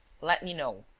let me know.